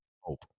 hope